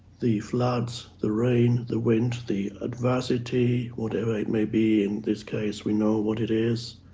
the floods, the rain, the wind, the adversity, whatever it may be in this case, we know what it is,